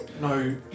No